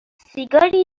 سیگاری